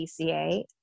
DCA